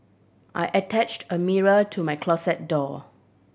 I attached a mirror to my closet door